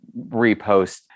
repost